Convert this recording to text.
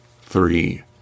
three